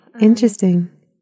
Interesting